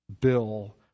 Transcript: bill